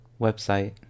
website